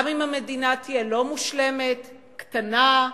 גם אם המדינה תהיה לא מושלמת, קטנה,